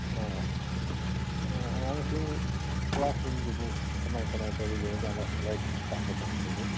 ꯑꯣ ꯑꯥ ꯑꯉꯥꯡꯁꯤꯡ ꯀ꯭ꯂꯥꯁ ꯔꯨꯝꯁꯤꯕꯨ ꯀꯃꯥꯏ ꯀꯃꯥꯏꯅ ꯇꯧꯔꯤꯒꯦ ꯑꯣꯖꯥꯅ ꯂꯥꯏꯔꯤꯛ ꯇꯥꯛꯄ ꯆꯪꯕꯗꯕꯨ